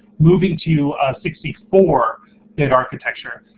moving to a sixty four gig architecture?